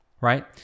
right